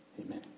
Amen